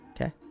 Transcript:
Okay